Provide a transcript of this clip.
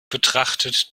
betrachtet